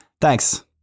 Thanks